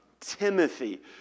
Timothy